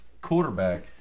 quarterback